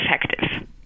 effective